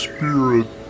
Spirit